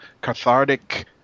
cathartic